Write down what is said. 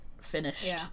finished